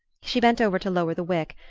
she bent over to lower the wick,